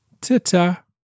Ta-ta